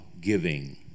giving